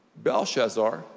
Belshazzar